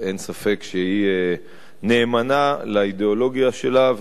אין ספק שהיא נאמנה לאידיאולוגיה שלה,